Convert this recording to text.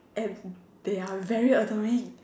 and they are very annoying